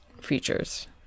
features